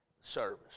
service